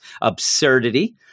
absurdity